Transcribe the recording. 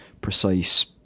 precise